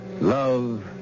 love